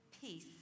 peace